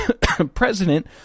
president